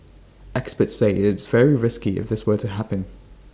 experts say IT is very risky if this were to happen